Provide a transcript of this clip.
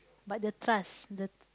but the trust the